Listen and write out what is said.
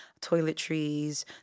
toiletries